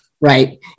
right